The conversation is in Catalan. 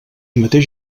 mateix